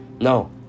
no